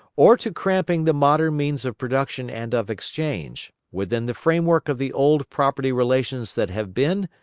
or to cramping the modern means of production and of exchange, within the framework of the old property relations that have been,